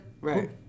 Right